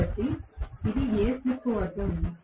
కాబట్టి ఇది ఏ స్లిప్ వద్ద ఉంది